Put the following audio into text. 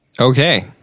okay